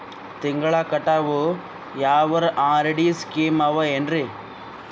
ತಿಂಗಳ ಕಟ್ಟವು ಯಾವರ ಆರ್.ಡಿ ಸ್ಕೀಮ ಆವ ಏನ್ರಿ?